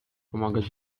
pomagać